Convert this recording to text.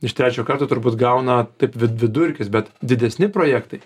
iš trečio karto turbūt gauna taip vid vidurkis bet didesni projektai